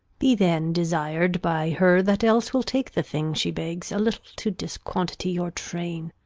be then desir'd by her that else will take the thing she begs a little to disquantity your train,